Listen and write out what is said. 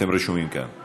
אתם רשומים כאן.